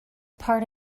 part